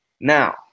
Now